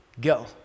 Go